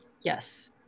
Yes